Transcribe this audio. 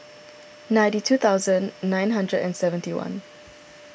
ninety two thousand nine hundred and seventy one